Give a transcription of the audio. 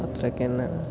അത്രക്കു തന്നെ